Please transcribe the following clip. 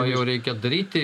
o jau reikia daryti